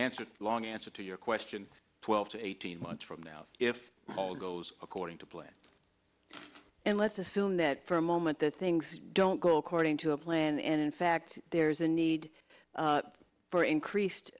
a long answer to your question twelve to eighteen months from now if all goes according to plan and let's assume that for a moment that things don't go according to a plan and in fact there is a need for increased